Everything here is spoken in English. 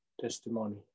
testimony